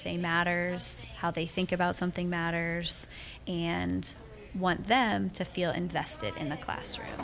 say matter how they think about something matters and want them to feel invested in the classroom